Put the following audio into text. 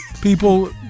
People